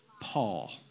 Paul